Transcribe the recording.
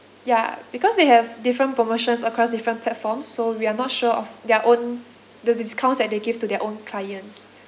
ya because they have different promotions across different platforms so we are not sure of their own the discounts that they give to their own clients